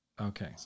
Okay